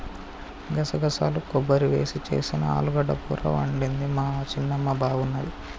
గసగసాలు కొబ్బరి వేసి చేసిన ఆలుగడ్డ కూర వండింది మా చిన్నమ్మ బాగున్నది